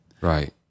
Right